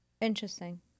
interesting